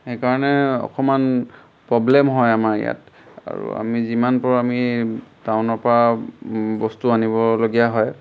সেইকাৰণে অকণমান প্ৰব্লেম হয় আমাৰ ইয়াত আৰু আমি যিমান পাৰোঁ আমি টাউনৰপৰা বস্তু আনিবলগীয়া হয়